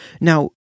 Now